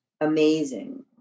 amazing